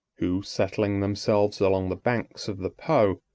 who, settling themselves along the banks of the po,